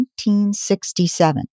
1967